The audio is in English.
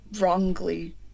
wrongly